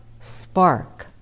spark